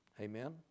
amen